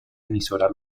emisora